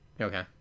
Okay